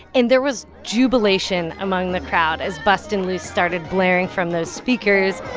and there was jubilation among the crowd as bustin' loose started blaring from those speakers